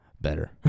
better